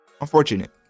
unfortunate